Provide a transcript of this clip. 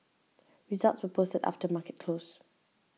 results were posted after market close